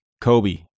Kobe